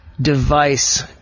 device